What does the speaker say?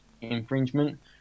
infringement